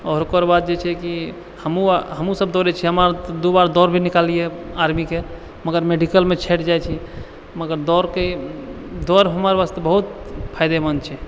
आओर ओकर बाद जे छै कि हमहुँ हमहुँ सब दौड़े छियै हम दो बार दौड़ भी निकाललिये है आर्मीके मगर मेडिकलमे छँटि जाइछी मगर दौड़के दौड़ हमर वास्ते बहुत फायदेमंद छै